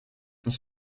ich